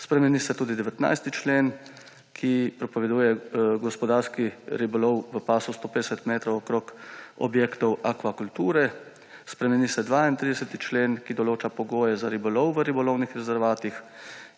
Spremeni se tudi 19. člen, ki prepoveduje gospodarski ribolov v pasu 150 metrov okoli objektov akvakulture, spremeni se 32. člen, ki določa pogoje za ribolov v ribolovnih rezervatih